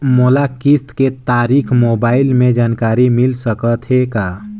मोला किस्त के तारिक मोबाइल मे जानकारी मिल सकथे का?